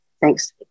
Thanks